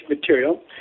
material